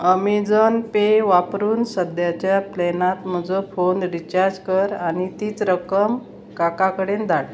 Amazon pay वापरून सद्याच्या प्लॅनांत म्हजो फोन रिचार्ज कर आनी तीच रक्कम काका कडेन धाड